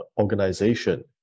organization